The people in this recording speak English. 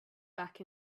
back